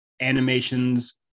animations